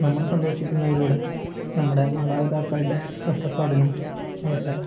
നമ്മൾ സന്തോഷിക്കുന്നതിലൂടെ നമ്മുടെ മാതാപിതാക്കളുടെ കഷ്ടപ്പാടിനും അവരുടെ